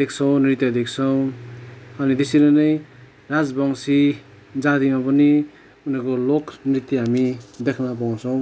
देख्छौँ नृत्य देख्छौँ अनि त्यसरी नै राजवंसी जातिमा पनि उनीहरूको लोक नृत्य हामी देख्न पाउँछौँ